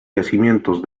yacimientos